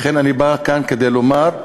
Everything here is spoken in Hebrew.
לכן אני בא לכאן כדי לומר,